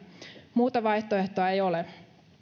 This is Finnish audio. muuta vaihtoehtoa ei ole